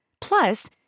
Plus